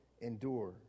endure